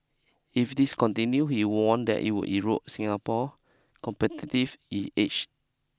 if this continue he warned that it would erode Singapore competitive edge